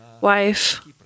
wife